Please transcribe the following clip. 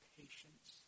patience